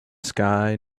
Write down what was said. sky